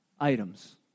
items